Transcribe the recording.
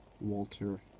Walter